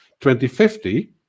2050